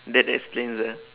that explains the